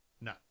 No